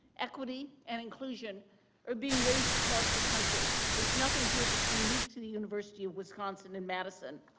equity and inclusion are being raised across the country. there's nothing here that is unique to the university of wisconsin and madison.